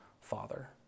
father